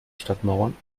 stadtmauern